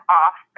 off